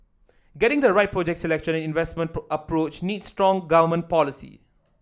getting the right project selection and investment approach needs strong government policy